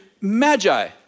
magi